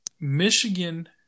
Michigan